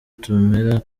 tutemera